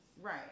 right